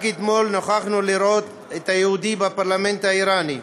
רק אתמול נוכחנו לראות את היהודי בפרלמנט האיראני,